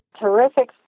terrific